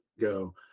go